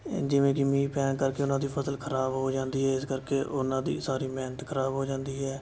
ਜਿਵੇਂ ਕਿ ਮੀਂਹ ਪੈਣ ਕਰਕੇ ਉਹਨਾਂ ਦੀ ਫਸਲ ਖ਼ਰਾਬ ਹੋ ਜਾਂਦੀ ਹੈ ਜਿਸ ਕਰਕੇ ਉਨ੍ਹਾਂ ਦੀ ਸਾਰੀ ਮਿਹਨਤ ਖ਼ਰਾਬ ਹੋ ਜਾਂਦੀ ਹੈ